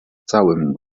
całym